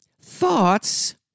thoughts